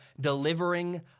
delivering